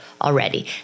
already